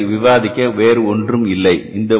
இந்த தலைப்பில் விவாதிக்க வேறு ஒன்றும் இல்லை